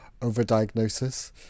overdiagnosis